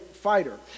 fighter